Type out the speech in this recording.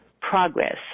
progress